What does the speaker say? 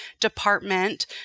department